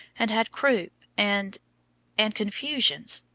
and had croup and and confusions,